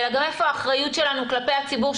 אלא גם איפה האחריות שלנו כלפי הציבור?